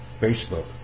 Facebook